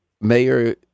Mayor